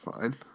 fine